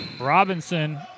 Robinson